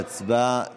התשפ"ג 2023,